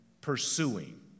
pursuing